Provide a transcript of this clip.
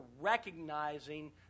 recognizing